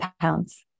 pounds